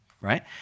right